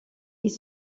ils